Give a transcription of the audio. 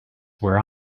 where